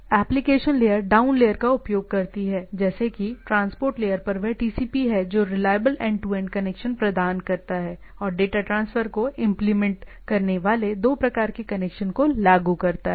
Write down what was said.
तो application layer down layer का उपयोग करती है जैसे कि ट्रांसपोर्ट लेयर पर वह TCP है जो reliable end to end connection प्रदान करता है और डेटा ट्रांसफर को इंप्लीमेंट करने वाले दो प्रकार के कनेक्शन को लागू करता है